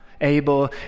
Abel